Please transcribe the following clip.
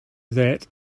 that